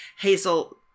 Hazel